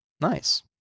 Nice